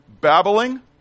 babbling